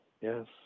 yes